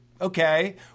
okay